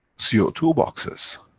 c o two boxes.